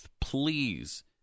Please